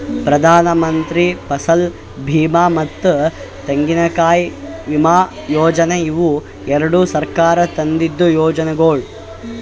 ಪ್ರಧಾನಮಂತ್ರಿ ಫಸಲ್ ಬೀಮಾ ಮತ್ತ ತೆಂಗಿನಕಾಯಿ ವಿಮಾ ಯೋಜನೆ ಇವು ಎರಡು ಸರ್ಕಾರ ತಂದಿದ್ದು ಯೋಜನೆಗೊಳ್